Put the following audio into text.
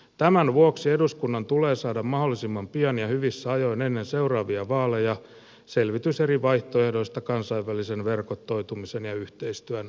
tämän vuoksi eduskunnan tulee saada mahdollisimman pian ja hyvissä ajoin ennen seuraavia vaaleja selvitys eri vaihtoehdoista kansainvälisen verkostoitumisen ja yhteistyön lisäämisestä